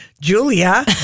Julia